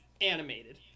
animated